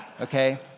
okay